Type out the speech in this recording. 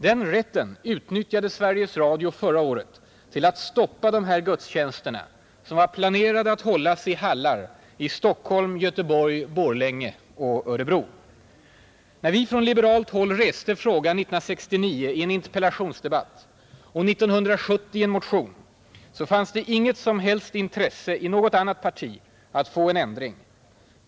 Den rätten utnyttjade Sveriges Radio förra året till att stoppa de här gudstjänsterna, som var planerade att hållas i hallar i Stockholm, Göteborg, Borlänge och Örebro. När vi från liberalt håll reste frågan 1969 i en interpellationsdebatt och 1970 i en motion, fanns det inget intresse från något annat parti att få en ändring.